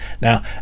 now